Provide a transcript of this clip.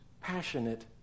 passionate